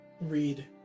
read